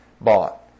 bought